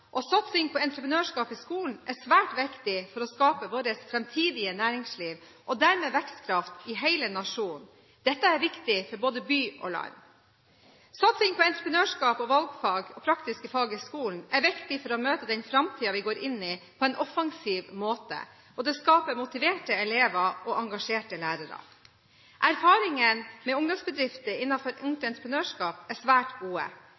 og satsing på entreprenørskap i skolen er svært viktig for å skape vårt framtidige næringsliv og dermed vekstkraft i hele nasjonen. Dette er viktig for både by og land. Satsing på entreprenørskap, valgfag og praktiske fag i skolen er viktig for å møte den framtiden vi går inn i, på en offensiv måte, og det skaper motiverte elever og engasjerte lærere. Erfaringene med ungdomsbedrifter innenfor Ungt Entreprenørskap er svært gode.